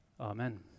amen